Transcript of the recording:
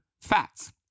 fats